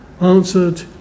answered